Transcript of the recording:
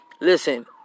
Listen